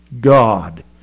God